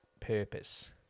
purpose